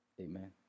Amen